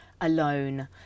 alone